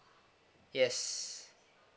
yes